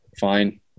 fine